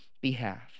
behalf